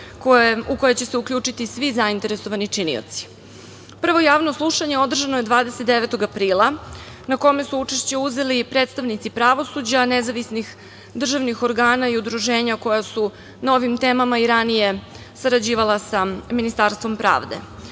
u koje će se uključiti svi zainteresovani činioci. Prvo javno slušanje održano je 29. aprila na kome su učešće uzeli predstavnici pravosuđa, nezavisnih državnih organa i udruženja koja su na ovim temama i ranije sarađivala sa Ministarstvom pravde.